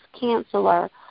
counselor